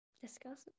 Discuss